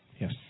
Yes